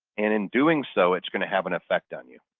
and in doing so, it's going to have an effect on you.